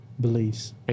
beliefs